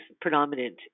predominant